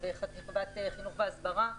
וחטיבת חינוך והסברה.